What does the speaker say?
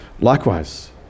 Likewise